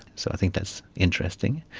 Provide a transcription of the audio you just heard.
so i think that's interesting.